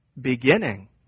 beginning